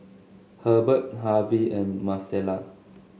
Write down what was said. Herbert Harvy and Marcela